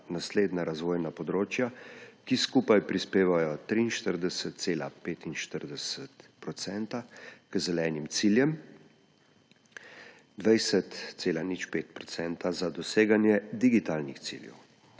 naslednja razvojna področja, ki skupaj prispevajo 43,45 % k zelenim ciljem, 20,05 % za doseganje digitalinih ciljev.